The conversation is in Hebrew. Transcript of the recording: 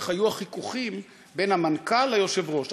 הייתה החיכוכים בין המנכ"ל לבין היושב-ראש.